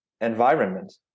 environment